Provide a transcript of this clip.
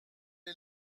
est